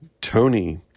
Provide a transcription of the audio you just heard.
Tony